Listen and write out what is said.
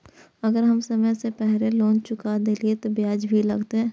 अगर हम समय से पहले लोन चुका देलीय ते ब्याज भी लगते?